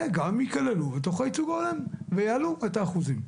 וגם ייכללו בתוך הייצוג ההולם, ויעלו את האחוזים.